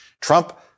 Trump